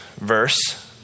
verse